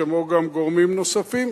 כמו גם גורמים נוספים,